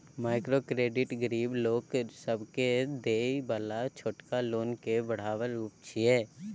micro credit गरीब लोक सबके देय बला छोटका लोन के बढ़ायल रूप छिये